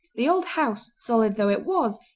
the old house, solid though it was,